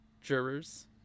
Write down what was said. jurors